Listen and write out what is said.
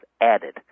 added